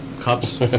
cups